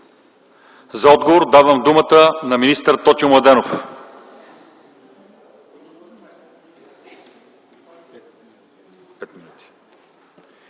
За отговор давам думата на министър Тотю Младенов.